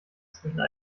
zwischen